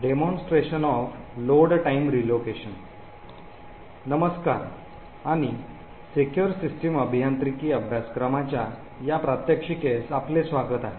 नमस्कार आणि secure system अभियांत्रिकी अभ्यासक्रमाच्या या प्रात्यक्षिकेस आपले स्वागत आहे